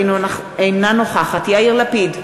אינה נוכחת יאיר לפיד,